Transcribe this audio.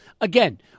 again